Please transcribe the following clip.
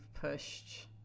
pushed